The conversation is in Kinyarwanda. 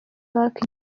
pariki